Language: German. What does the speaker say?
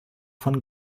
von